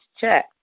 check